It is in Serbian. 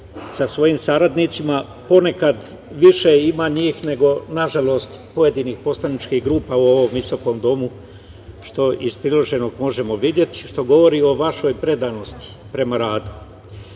sa svojim saradnicima, ponekad više ima njih nego, nažalost, pojedinih poslaničkih grupa u ovom visokom domu, što iz priloženog možemo videti, što govori o vašoj predanosti prema